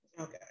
Okay